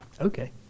Okay